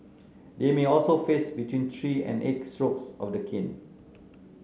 they may also face between three and eight strokes of the cane